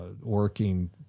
working